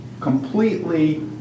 completely